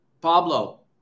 Pablo